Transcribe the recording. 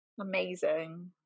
Amazing